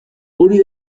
hori